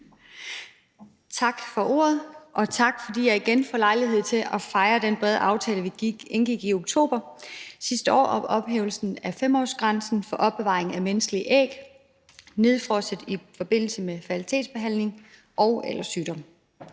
Tak for ordet, og tak, fordi jeg igen får lejlighed til at fejre den brede aftale, vi indgik i oktober sidste år om ophævelsen af 5-årsgrænsen for opbevaring af menneskelige æg nedfrosset i forbindelse med fertilitetsbehandling og/eller sygdom.